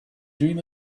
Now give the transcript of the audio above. dream